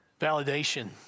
validation